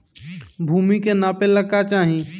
भूमि के नापेला का चाही?